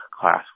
class